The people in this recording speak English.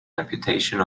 amputation